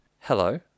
Hello